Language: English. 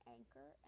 Anchor